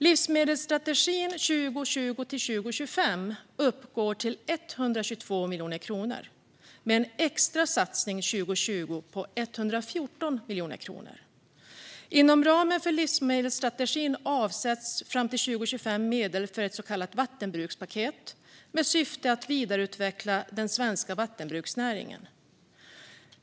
Livsmedelsstrategin 2020-2025 uppgår till 122 miljoner kronor med en extra satsning 2020 på 114 miljoner kronor. Inom ramen för livsmedelsstrategin avsätts fram till 2025 medel för ett så kallat vattenbrukspaket med syfte att vidareutveckla den svenska vattenbruksnäringen.